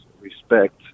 respect